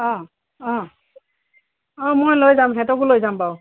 অঁ অঁ অঁ মই লৈ যাম সিহঁতকো লৈ যাম বাৰু